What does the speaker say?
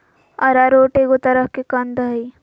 arrowroot एगो तरह के कंद हइ